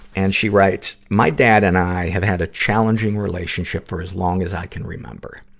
and she writes, my dad and i have had a challenging relationship for as long as i can remember.